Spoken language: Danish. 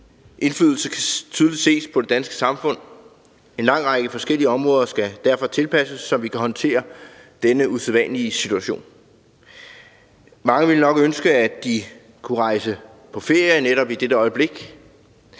indflydelse kan tydeligt ses på det danske samfund. En lang række forskellige områder skal derfor tilpasses, så vi kan håndtere denne usædvanlige situation. Mange ville nok ønske, at de kunne rejse på ferie netop i dette øjeblik